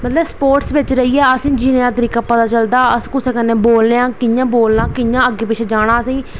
मतलब स्पोर्टस बिच रेहियै असेंगी जीने दा पता चलदा अस कुसै कन्नै बोलने आं कि'यां बोलना कि'यां अग्गै पिच्छै जाना असेंईं